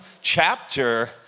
chapter